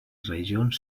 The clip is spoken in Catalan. regions